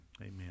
amen